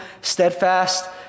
steadfast